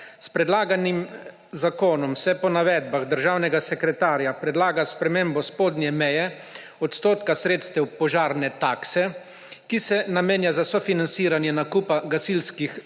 S predlaganim zakonom se po navedbah državnega sekretarja predlaga spremembo spodnje meje odstotka sredstev požarne takse, ki se namenja za sofinanciranje nakupa gasilskih